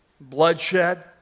bloodshed